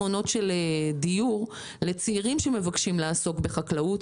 פתרונות הדיור עבור צעירים שמבקשים לעסוק בחקלאות.